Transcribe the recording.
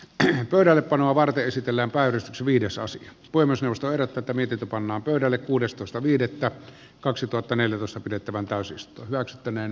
teen pöydällepanoa varten esitellään paris viidesosa voi myös nostaa tätä mietitä pannaan pöydälle kuudestoista viidettä kaksituhattaneljätoista pidettävän täysistunnossa tänään